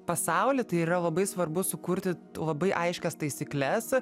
pasaulį tai yra labai svarbu sukurti labai aiškias taisykles